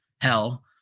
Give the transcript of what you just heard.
hell